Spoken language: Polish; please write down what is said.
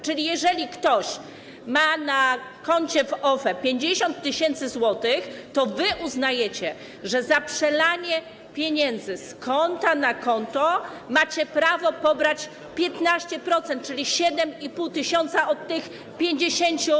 Czyli jeżeli ktoś ma na koncie w OFE 50 tys. zł, to wy uznajecie, że za przelanie pieniędzy z konta na konto macie prawo pobrać 15%, czyli 7,5 tys. od tych 50 tys.